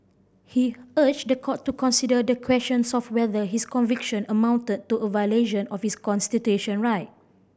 he urged the court to consider the questions of whether his conviction amounted to a violation of his constitution right